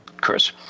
Chris